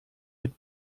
mit